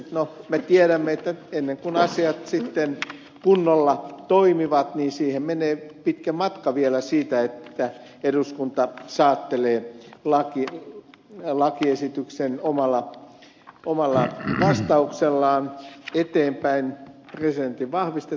no me tiedämme että ennen kuin asiat sitten kunnolla toimivat siihen menee pitkä matka vielä siitä että eduskunta saattelee lakiesityksen omalla vastauksellaan eteenpäin presidentin vahvistettavaksi